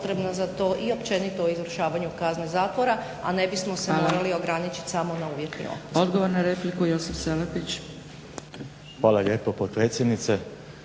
za to i općenito o izvršavanju kazne zatvora a ne bismo se morali ograničiti samo na uvjetni otpust.